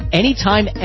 anytime